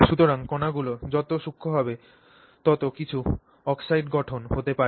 সুতরাং কণাগুলি যত সূক্ষ্ম হবে তত কিছু অক্সাইড গঠন হতে পারে